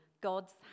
God's